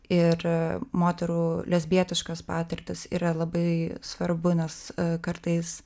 ir moterų lesbietiškas patirtis yra labai svarbu nes kartais